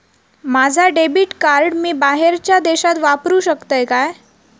माझा debit card मी बाहेरच्या देशात वापरू शकतय काय?